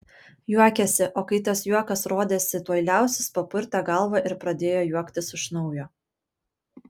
juokėsi o kai tas juokas rodėsi tuoj liausis papurtė galvą ir pradėjo juoktis iš naujo